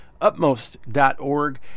upmost.org